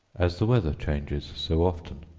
as the weather changes so often.